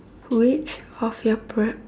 which of your prep~